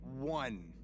one